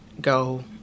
go